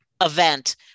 event